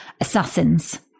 assassins